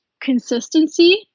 consistency